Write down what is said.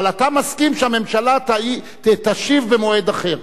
אבל אתה מסכים שהממשלה תשיב במועד אחר.